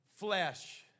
Flesh